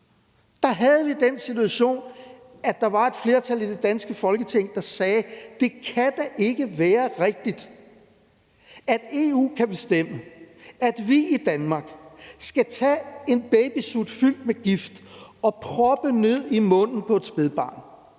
Der havde vi den situation, at der var et flertal i det danske Folketing, der sagde: Det kan da ikke være rigtigt, at EU kan bestemme, at vi i Danmark skal tage en babysut fyldt med gift og proppe den ind i munden på et spædbarn.